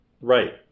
Right